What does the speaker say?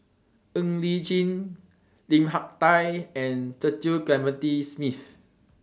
Ng Li Chin Lim Hak Tai and Cecil Clementi Smith